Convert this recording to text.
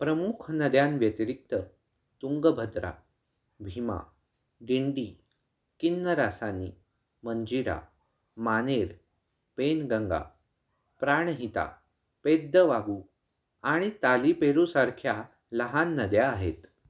प्रमुख नद्यांव्यतिरिक्त तुंगभद्रा भीमा डिंडी किन्नरासानी मंजिरा मानेर पेनगंगा प्राणहिता पेद्दवागु आणि तालीपेरूसारख्या लहान नद्या आहेत